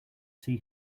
see